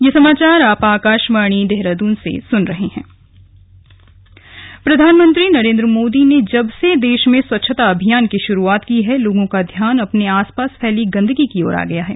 slug स्वच्छता अभियान प्रधानमंत्री नरेंद्र मोदी ने जब से देश में स्वच्छता अभियान की शुरुआत की है लोगों का ध्यान अपने आसपास फैली गंदगी की ओर गया है